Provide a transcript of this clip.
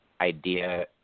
idea